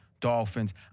dolphins